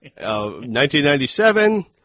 1997